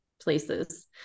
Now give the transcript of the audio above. places